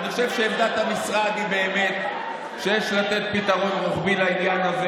אני חושב שעמדת המשרד היא שיש לתת פתרון רוחבי לעניין הזה